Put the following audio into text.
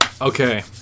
Okay